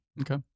Okay